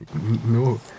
no